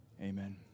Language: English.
Amen